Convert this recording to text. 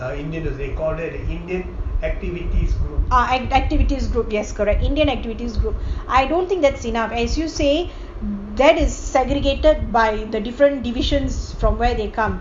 ah activities group yes correct indian activities group I don't think that's enough as you say that is segregated by the different divisions from where they come